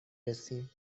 رسیم